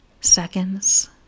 seconds